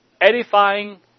edifying